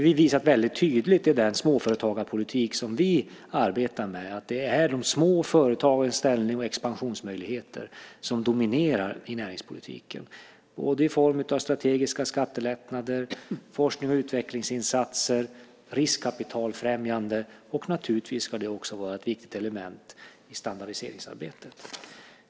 Vi har i den småföretagarpolitik som vi arbetar med väldigt tydligt visat att det är de små företagens ställning och expansionsmöjligheter som dominerar i näringspolitiken. Det har vi gjort i form av strategiska skattelättnader, forsknings och utvecklingsinsatser och riskkapitalfrämjande. Och naturligtvis ska det också vara ett viktigt element i standardiseringsarbetet.